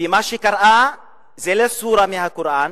ומה שקראה זה לא סורה מהקוראן,